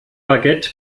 baguette